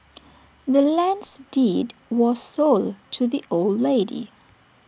the land's deed was sold to the old lady